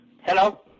Hello